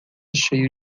cheio